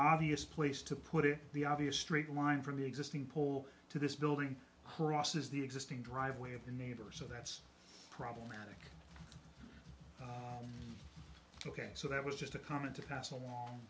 obvious place to put it the obvious straight line from the existing pool to this building crosses the existing driveway of the neighbor so that's problematic ok so that was just a comment to